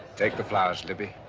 take the flowers, libby.